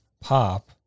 pop